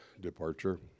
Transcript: departure